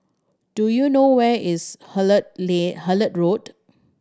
do you know where is Hullet Road